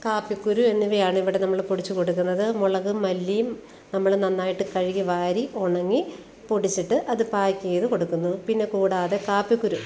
കാപ്പിക്കുരു എന്നിവയാണ് ഇവിടെ നമ്മൾ പൊടിച്ച് കൊടുക്കുന്നത് മുളക് മല്ലിയും നമ്മൾ നന്നായിട്ട് കഴുകി വാരി ഉണങ്ങി പൊടിച്ചിട്ട് അത് പായ്ക്ക് ചെയ്തു കൊടുക്കുന്നു പിന്നെ കൂടാതെ കാപ്പിക്കുരു